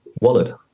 wallet